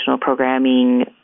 programming